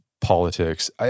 politics